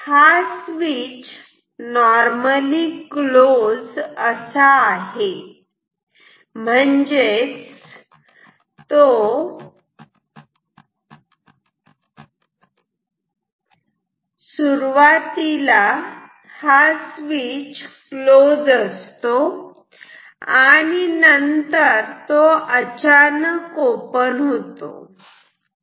हा switch normally close NC असा आहे म्हणजेच सुरुवातीला स्विच क्लोज असतो आणि नंतर अचानक ओपन होतो